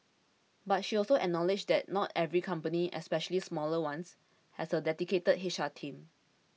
but she also acknowledged that not every company especially smaller ones has a dedicated H R team